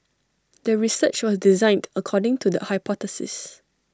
the research was designed according to the hypothesis